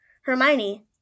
Hermione